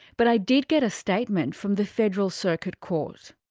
but i did get a statement from the federal circuit court.